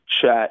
chat